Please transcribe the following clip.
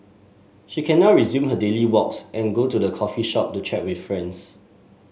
she can now resume her daily walks and go to the coffee shop to chat with friends